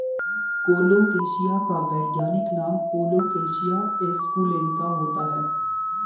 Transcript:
colocasia का वैज्ञानिक नाम कोलोकेशिया एस्कुलेंता होता है